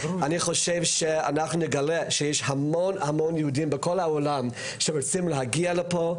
אני חושב שאנחנו נגלה שיש המון המון יהודים בכל העולם שרוצים להגיע לפה,